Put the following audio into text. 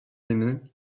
linen